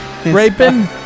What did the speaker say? Raping